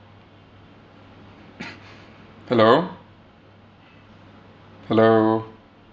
hello hello